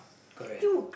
correct